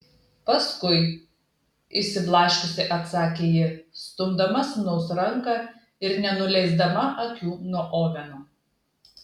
paskui išsiblaškiusi atsakė ji stumdama sūnaus ranką ir nenuleisdama akių nuo oveno